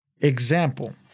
Example